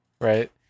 Right